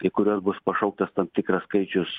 į kuriuos bus pašauktas tam tikras skaičius